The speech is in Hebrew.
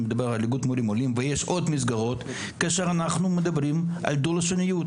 אני מדבר על איגוד מורים עולים ויש עוד מסגרות מדברים על דו לשוניות